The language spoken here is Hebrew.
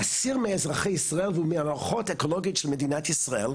להסיר מאזרחי ישראל ומהמערכות האקולוגיות של מדינת ישראל,